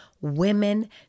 women